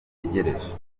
bategereje